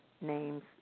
names